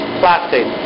plastic